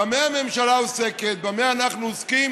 במה הממשלה עוסקת, במה אנחנו עוסקים